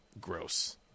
gross